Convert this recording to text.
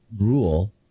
rule